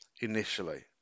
initially